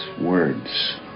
words